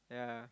yeah